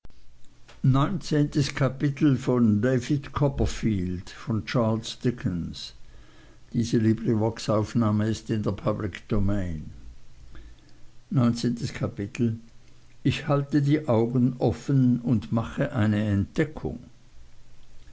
ich halte die augen offen und mache eine entdeckung